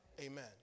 Amen